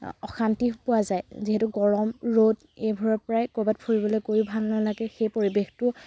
অশান্তি পোৱা যায় যিহেতু গৰম ৰ'দ এইবোৰৰ পৰাই ক'ৰবাত ফুৰিবলৈ গৈয়ো ভাল নালাগে সেই পৰিৱেশটো